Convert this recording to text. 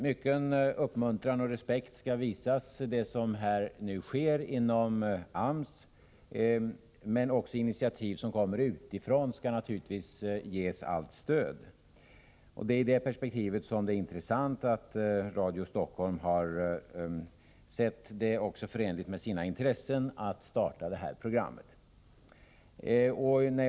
Mycken uppmuntran och respekt skall visas det som nu sker inom AMS, 87 men också initiativ som kommer utifrån skall naturligtvis ges allt stöd. Därför är det intressant att Radio Stockholm har sett det förenligt också med sina intressen att starta programmet Jobbing.